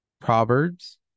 Proverbs